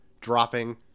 dropping